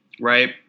right